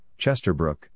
Chesterbrook